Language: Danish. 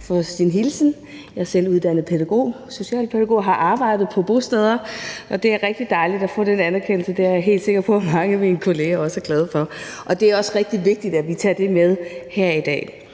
for hendes hilsen. Jeg er selv uddannet socialpædagog og har arbejdet på bosteder, og det er rigtig dejligt at få den anerkendelse. Det er jeg helt sikker på at mange af mine kolleger også er glade for, og det er også rigtig vigtigt, at vi tager det med her i dag.